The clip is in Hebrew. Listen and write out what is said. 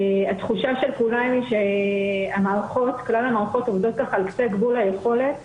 התחושה של כולנו שכלל המערכות עובדות ככה על קצה גבול היכולת.